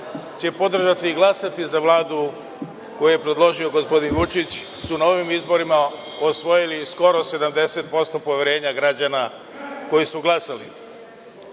će podržati i glasati za Vladu, koju je predložio gospodin Vučić, su na ovim izborima osvojili skoro 70% poverenja građana koji su glasali. Ono